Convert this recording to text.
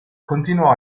continuò